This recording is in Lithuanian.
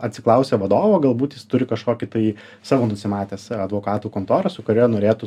atsiklausia vadovo galbūt jis turi kažkokį tai savo nusimatęs advokatų kontorą su kuria norėtų